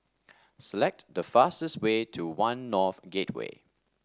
select the fastest way to One North Gateway